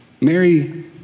Mary